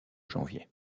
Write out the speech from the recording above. janvier